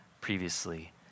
previously